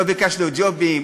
לא ביקשנו ג'ובים,